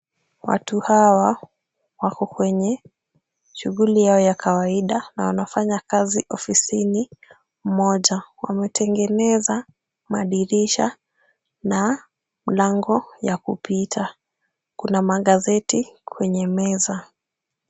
Watu hawa wako kwenye shughuli yao ya kawaida na wanafanya kazi ofisini moja. Wametengeneza madirisha na mlango ya kupita. Kuna magazeti kwenye meza.